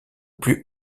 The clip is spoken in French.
plus